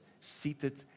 seated